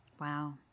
Wow